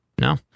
no